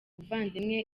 buvandimwe